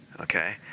okay